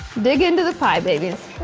dig into the pie, babies.